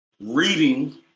reading